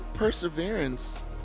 perseverance